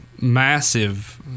massive